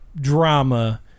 drama